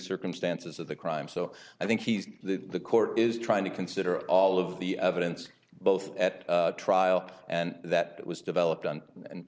circumstances of the crime so i think he's that the court is trying to consider all of the evidence both at trial and that was developed on an